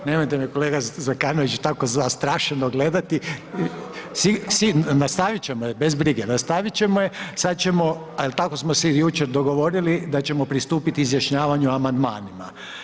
Nemojte me kolega Zekanović tako zastrašeno gledati, nastaviti ćemo je, bez brige, nastaviti ćemo je, sada ćemo, a i tako smo se i jučer dogovorili da ćemo pristupiti izjašnjavanju o amandmanima.